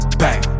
bang